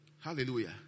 Hallelujah